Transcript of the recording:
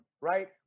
right